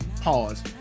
Pause